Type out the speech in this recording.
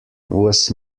was